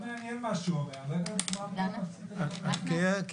מאוד מעניין מה שהוא אומר --- כי אני